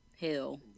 hell